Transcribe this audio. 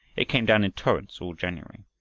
it came down in torrents all january.